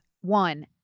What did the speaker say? one